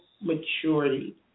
maturity